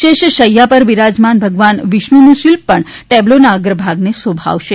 શેષ શૈયા પર બિરાજમાન ભગવાન વિષ્ણુનું શિલ્પ પણ ટેબ્લોના અગ્રભાગને શોભાવશે